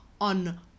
on